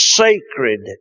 sacred